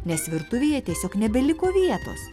nes virtuvėje tiesiog nebeliko vietos